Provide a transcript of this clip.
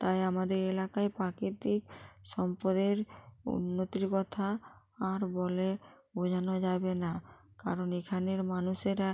তাই আমাদের এলাকায় প্রাকৃতিক সম্পদের উন্নতির কথা আর বলে বোঝানো যাবে না কারণ এখানের মানুষেরা